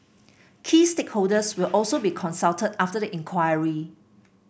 key stakeholders will also be consulted after the inquiry